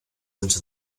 into